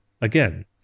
again